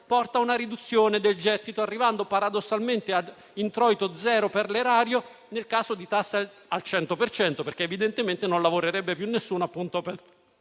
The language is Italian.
porta a una riduzione del gettito, arrivando paradossalmente a introito zero per l'erario nel caso di tasse al 100 per cento, perché nessuno lavorerebbe per